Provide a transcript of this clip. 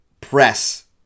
press